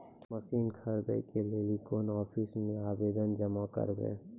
Machine खरीदै के लेली कोन आफिसों मे आवेदन जमा करवै?